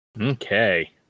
Okay